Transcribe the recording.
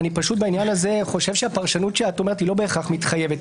אני פשוט חושב שבעניין הזה הפרשנות שאת אומרת לא בהכרח מתחייבת.